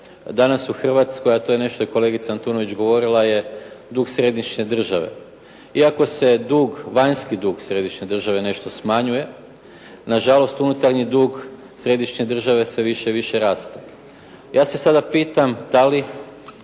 danas u Hrvatskoj, a to je nešto i kolegica Antunović govorila je, dug središnje države. Iako se dug, vanjski dug središnje države nešto smanjuje, na žalost unutarnji dug središnje države sve više i više raste. Ja se sada pitam da li